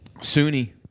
Sunni